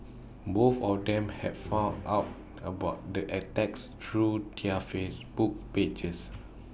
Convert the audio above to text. both of them had found out about the attacks through their Facebook pages